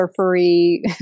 surfery